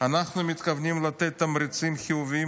"אנחנו מתכוונים לתת תמריצים חיוביים